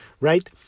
right